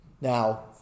Now